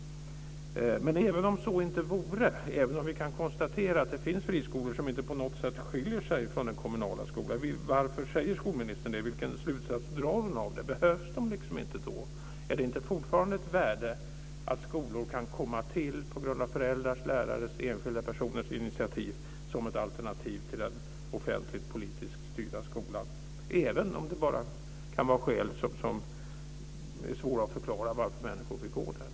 Men även om så inte vore, även om vi kan konstatera att det finns friskolor som inte på något sätt skiljer sig från den kommunala skolan, varför säger skolministern detta? Vilken slutsats drar hon av det? Behövs de liksom inte då? Är det inte fortfarande ett värde att skolor kan komma till på grund av föräldrars, lärares och enskilda personers initiativ som ett alternativ till den offentligt, politiskt styrda skolan, även om det kan vara svårt att förklara skälen till att människor vill gå där?